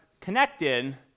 connected